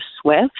Swift